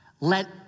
let